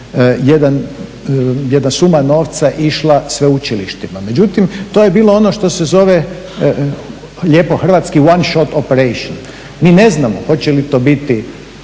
je jedna suma novca išla sveučilištima, međutim to je bilo ono što se zove lijepo hrvatski one shop operation. Mi ne znamo hoće li to biti